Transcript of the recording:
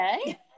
okay